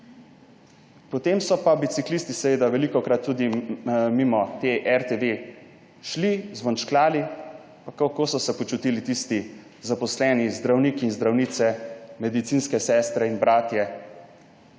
potem so pa biciklisti seveda velikokrat tudi mimo te RTV šli, zvončkljali, pa kako so se počutili tisti zaposleni zdravniki in zdravnice, medicinske sestre in bratje,